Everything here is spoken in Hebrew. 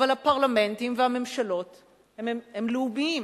אבל הפרלמנטים והממשלות הם לאומיים,